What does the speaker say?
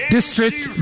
District